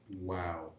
Wow